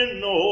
no